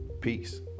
Peace